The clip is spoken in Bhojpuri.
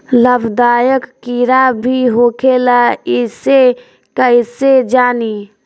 लाभदायक कीड़ा भी होखेला इसे कईसे जानी?